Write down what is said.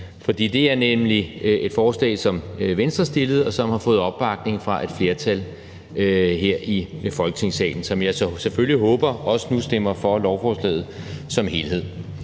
For det er nemlig et forslag, som Venstre fremsatte, og som har fået opbakning fra et flertal her i Folketingssalen, som jeg så selvfølgelig håber også nu stemmer for lovforslaget som helhed.